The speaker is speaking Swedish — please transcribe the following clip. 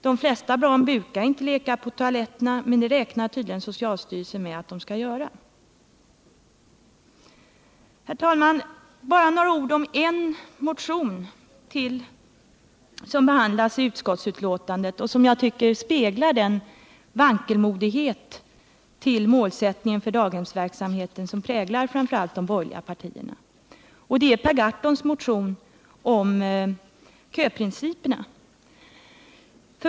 De flesta barn brukar inte leka på toaletterna, men det räknar tydligen socialstyrelsen med att de skall göra. Herr talman! Bara några ord om en motion som också behandlats i utskottsbetänkandet och som jag tycker speglar det vankelmod när det gäller målsättningen för daghemsverksamheten som präglar framför allt de borgerliga partierna! Det gäller Per Gahrtons motion om köprinciperna.